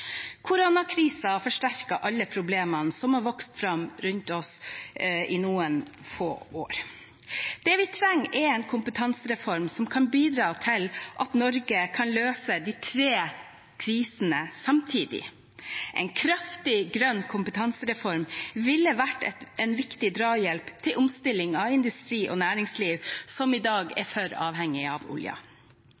alle problemene som har vokst fram rundt oss i noen år nå. Det vi trenger, er en kompetansereform som kan bidra til at Norge kan løse de tre krisene samtidig. En kraftig grønn kompetansereform ville vært en viktig drahjelp til omstilling av industri og næringsliv som i dag er